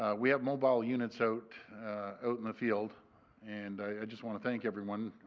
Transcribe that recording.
we have mobile units out out in the field and i just want to thank everyone.